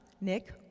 Nick